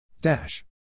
Dash